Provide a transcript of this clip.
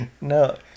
No